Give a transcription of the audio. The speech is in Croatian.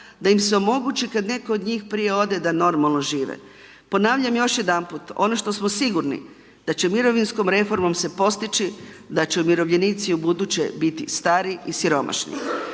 da im se omogući, kada netko od njih prije ode, da normalno žive. Ponavljam još jedanput, ono što smo sigurni da će mirovinskom reformom će se postiži da će umirovljenici ubuduće biti stari i siromašni.